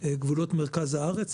בגבולות מרכז הארץ,